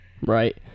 Right